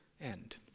end